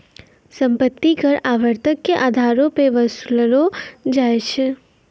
सम्पति कर आवर्तक के अधारो पे वसूललो जाय छै